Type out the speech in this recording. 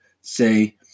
say